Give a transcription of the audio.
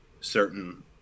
certain